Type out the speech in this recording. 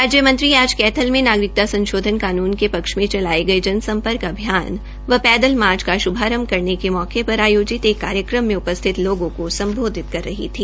राज्य मंत्री आज कैथल में नागरिकता संशोधन के पक्ष में चलाये गये जन सम्पर्क अभियान व पैदल मार्च का श्भारंभ करने के मौके पर आयोजित एक कार्यक्रम में उपस्थित लोगों की सम्बोधित कर रही थी